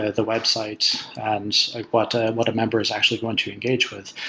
ah the websites and what ah what a member is actually going to engage with.